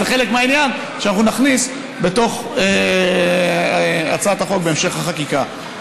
זה חלק מהעניין שאנחנו נכניס לתוך הצעת החוק בהמשך החקיקה.